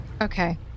Okay